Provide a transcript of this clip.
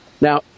now